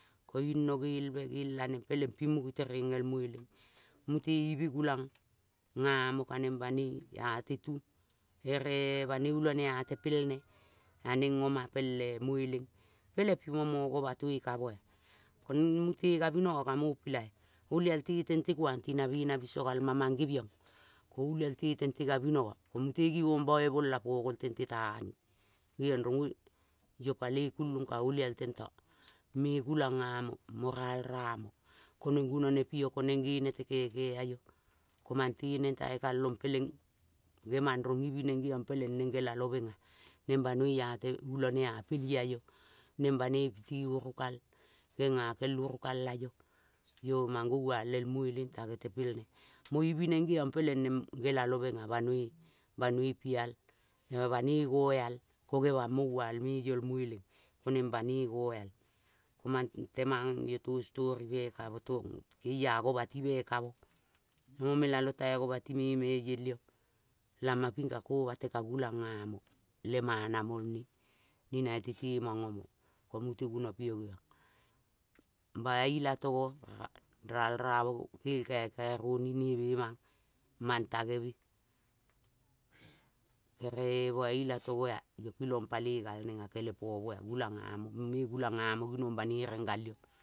Kong no gel be a neng peleng ping mungi lereng el mueleng. peleng ping mo mo sobatoi ka mo ea. Ko mute sa binongo ka mo ''pilai''. Olial te tente kuang ti na bena biso gal mong mangeviong. Ke olial le tente gabinongo ko mute gibong bai bola po gol tente ta ne. Geiong ping rong ''oll'' io paloi kulung ka olial tento me gulang nga mo mo raibe nga mo. Ko neng gunone pi io ko ngene te keke o io. Ke mang ta neng tange kalong peleng ngemang rong. bi neng peleng neng nge lalo meng ea. Neng banoi a ulane a teu a io. Neng banoi piti urukal genge kel unikal a io. Io mang ngoal el mueleng tange te pelni. Mo ibi neng geong peleng neng ngelalo meng ea banoi pial banoi ngoal mo ngemang moal me yo el maeleng mo neng banoi ngoal. Mang temang io to ''story'' me kamo. keia gobati me kamo mo mo melalo me tai gobati me-eme iel io. Lamong kati ko kobati ka gulang nga mo le mana mo ne ni nai te te mong omo. Ko mute guno pi io geiong. Bai ilatogo ialramo gel ''kaikai''roni neme mang mang tangeme. Kere boi ilatogo ea. Io kilong paloi gal neng ea kele pomo ea gulang nga mo me gulang nga mo ginong banoi rengal io